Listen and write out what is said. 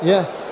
Yes